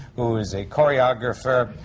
who is a choreographer,